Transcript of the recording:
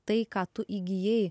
tai ką tu įgijai